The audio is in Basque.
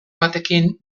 batekin